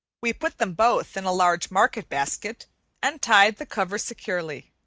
we put them both in a large market-basket and tied the cover securely.